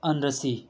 energy